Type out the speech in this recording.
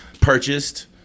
Purchased